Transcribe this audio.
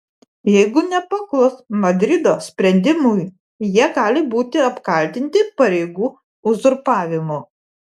jeigu nepaklus madrido sprendimui jie gali būti apkaltinti pareigų uzurpavimu